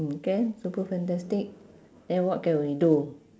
mm K super fantastic then what can we do